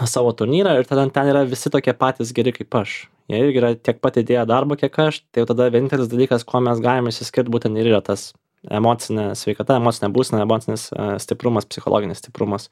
savo turnyrą ir tada ten yra visi tokie patys geri kaip aš jie irgi yra tiek pat įdėję darbo kiek aš tai jau tada vienintelis dalykas kuo mes galim išskirt būtent ir yra tas emocinė sveikata emocinė būsena emocinis stiprumas psichologinis stiprumas